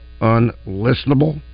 unlistenable